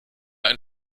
ein